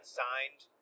signed